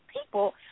people